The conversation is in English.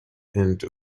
into